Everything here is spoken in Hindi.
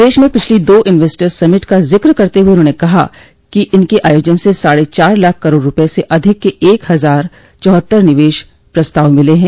प्रदश में पिछली दो इंवेस्टर्स समिट का ज़िक्र करते हुए उन्होंने कहा कि इनके आयोजन से साढ चार लाख करोड़ रूपये से अधिक के एक हज़ार चौहत्तर निवेश प्रस्ताव मिले हैं